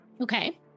Okay